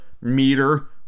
meter